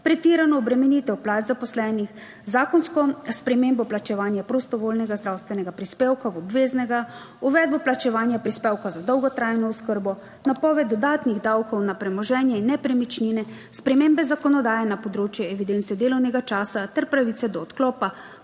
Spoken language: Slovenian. pretirano obremenitev plač zaposlenih, zakonsko spremembo plačevanja prostovoljnega zdravstvenega prispevka v obveznega, uvedbo plačevanja prispevka za dolgotrajno oskrbo. napoved dodatnih davkov na premoženje in nepremičnine, spremembe zakonodaje na področju evidence delovnega časa ter pravice do odklopa,